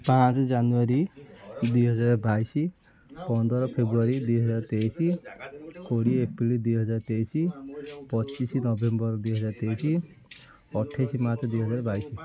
ପାଞ୍ଚ ଜାନୁୟାରୀ ଦୁଇ ହଜାର ବାଇଶି ପନ୍ଦର ଫେବୃୟାରୀ ଦୁଇ ହଜାର ତେଇଶି କୋଡ଼ିଏ ଏପ୍ରିଲ ଦୁଇ ହଜାର ତେଇଶି ପଚିଶି ନଭେମ୍ବର ଦୁଇ ହଜାର ତେଇଶି ଅଠେଇଶ ମାର୍ଚ୍ଚ ଦୁଇ ହଜାର ବାଇଶି